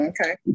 Okay